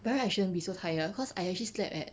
by right I shouldn't be so tired cause I actually slept at